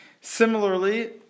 Similarly